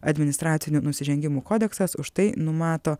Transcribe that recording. administracinių nusižengimų kodeksas už tai numato